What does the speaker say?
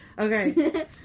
Okay